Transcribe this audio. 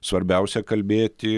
svarbiausia kalbėti